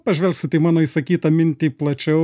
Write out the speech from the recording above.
pažvelgsite į mano išsakytą mintį plačiau